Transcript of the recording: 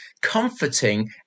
comforting